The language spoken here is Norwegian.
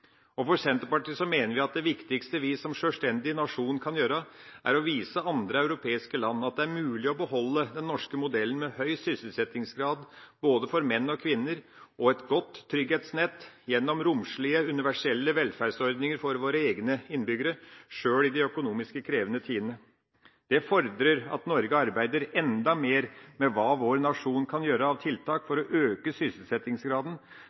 europeiske land. Senterpartiet mener at det viktigste vi som sjølstendig nasjon kan gjøre, er å vise andre europeiske land at det er mulig å beholde den norske modellen med høy sysselsettingsgrad, for både menn og kvinner, og et godt trygghetsnett gjennom romslige, universelle velferdsordninger for våre egne innbyggere, sjøl i de økonomisk krevende tidene. Det fordrer at Norge arbeider enda mer med hva vår nasjon kan gjøre av tiltak for å øke sysselsettingsgraden